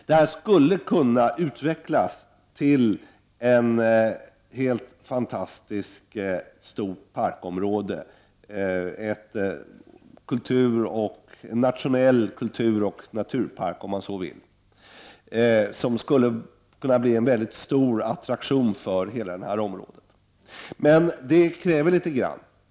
Detta område skulle kunna utvecklas till ett helt fantastiskt, stort parkområde — en nationell kulturoch naturpark, om man så vill — som skulle kunna bli en stor attraktion för hela Stockholmsområdet. Men det kräver litet grand.